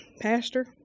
Pastor